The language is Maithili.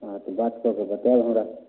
हँ तऽ बात कऽ कऽ बतायब हमरा